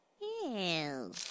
Ew